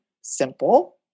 simple